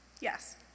yes